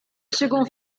second